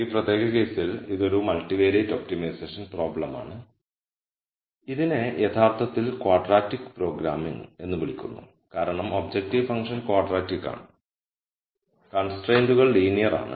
ഈ പ്രത്യേക കേസിൽ ഇത് ഒരു മൾട്ടിവാരിയേറ്റ് ഒപ്റ്റിമൈസേഷൻ പ്രശ്നമാണ് ഇതിനെ യഥാർത്ഥത്തിൽ ക്വാഡ്രാറ്റിക് പ്രോഗ്രാമിംഗ് എന്ന് വിളിക്കുന്നു കാരണം ഒബ്ജക്റ്റീവ് ഫംഗ്ഷൻ ക്വാഡ്രാറ്റിക് ആണ് കൺസ്ട്രൈന്റുകൾ ലീനിയർ ആണ്